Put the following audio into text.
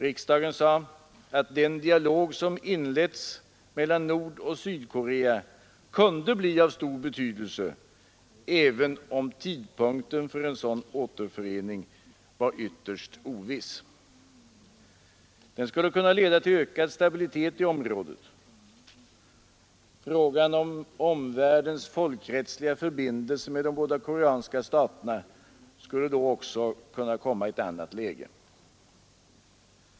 Riksdagen konstaterade att den dialog som inletts mellan Nordoch Sydkorea kunde bli av stor betydelse även om tidpunkten för en sådan återförening var ytterst oviss. Den skulle kunna leda till ökad stabilitet i området. Frågan om omvärldens folkrättsliga förbindelser med de båda koreanska staterna skulle då också komma i ett annat läge.